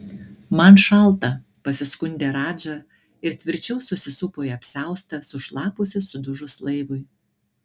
man šalta pasiskundė radža ir tvirčiau susisupo į apsiaustą sušlapusį sudužus laivui